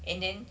and then